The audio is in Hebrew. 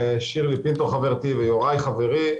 שירלי פינטו חברתי ויוראי חברי.